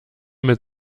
mit